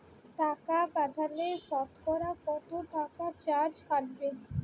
টাকা পাঠালে সতকরা কত টাকা চার্জ কাটবে?